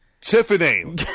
Tiffany